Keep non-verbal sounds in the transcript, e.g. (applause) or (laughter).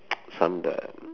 (noise) some the